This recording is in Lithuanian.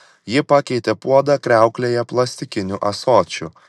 ji pakeitė puodą kriauklėje plastikiniu ąsočiu